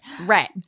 Right